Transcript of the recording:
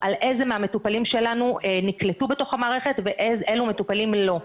על איזה מהמטופלים שלנו נקלטו בתוך המערכת ואילו מטופלים לא.